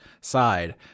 side